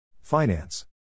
Finance